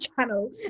channel